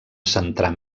centrar